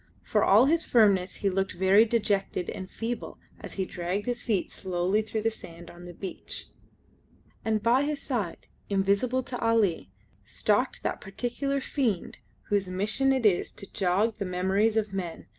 for all his firmness he looked very dejected and feeble as he dragged his feet slowly through the sand on the beach and by his side invisible to ali stalked that particular fiend whose mission it is to jog the memories of men,